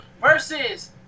versus